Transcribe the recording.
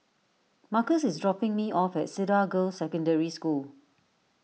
Markus is dropping me off at Cedar Girls' Secondary School